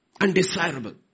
Undesirable